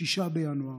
6 בינואר,